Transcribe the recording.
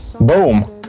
Boom